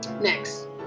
Next